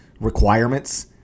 requirements